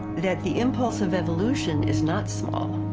that the impulse of evolution is not small.